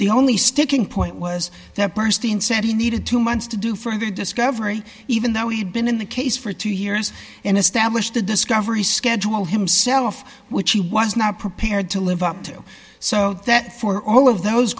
the only sticking point was that bernstein said he needed two months to do for the discovery even though he had been in the case for two years and established the discovery schedule himself which he was not prepared to live up to so that for all of those